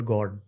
God